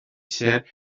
said